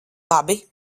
labi